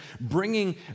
bringing